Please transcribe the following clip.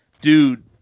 dude